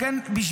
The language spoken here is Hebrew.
לכן,